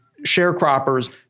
sharecroppers